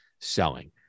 selling